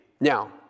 Now